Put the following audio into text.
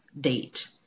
date